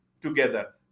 together